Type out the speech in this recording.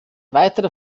weitere